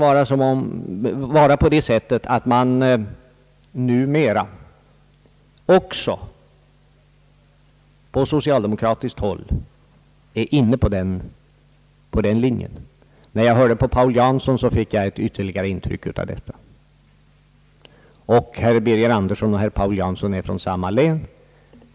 Det verkar vara på det sättet att man numera också på socialdemokratiskt håll är inne på vår linje. När jag lyssnade till herr Paul Jansson fick jag detta intryck ytterligare förstärkt.